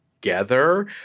together